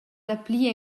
dapli